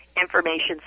information